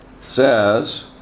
says